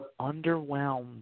underwhelmed